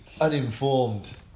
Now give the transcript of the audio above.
uninformed